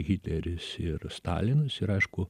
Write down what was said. hitleris ir stalinas ir aišku